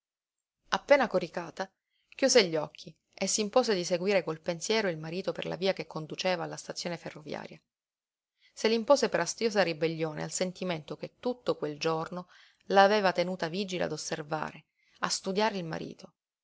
appena coricata chiuse gli occhi e s'impose di seguire col pensiero il marito per la via che conduceva alla stazione ferroviaria se l'impose per astiosa ribellione al sentimento che tutto quel giorno l'aveva tenuta vigile a osservare a studiare il marito